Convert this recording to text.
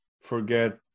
forget